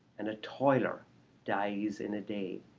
and a toiler dies in a day.